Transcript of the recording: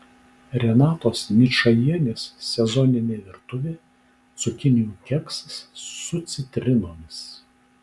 renatos ničajienės sezoninė virtuvė cukinijų keksas su citrinomis